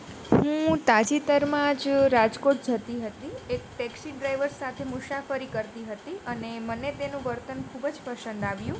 હું તાજેતરમાં જ રાજકોટ જતી હતી એક ટેક્સી ડ્રાઈવર સાથે મુસાફરી કરતી હતી અને મને તેનું વર્તન ખૂબ જ પસંદ આવ્યું